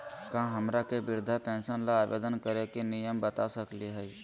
का हमरा के वृद्धा पेंसन ल आवेदन करे के नियम बता सकली हई?